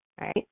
Right